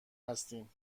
هستیم